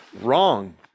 wrong